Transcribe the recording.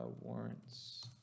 Warrants